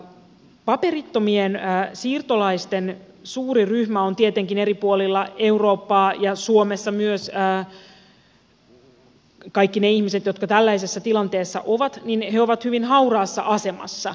paperittomien siirtolaisten suurta ryhmää eri puolilla eurooppaa ja suomessa myös koskee tietenkin se että kaikki ne ihmiset jotka tällaisessa tilanteessa ovat ovat hyvin hauraassa asemassa